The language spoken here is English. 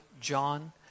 John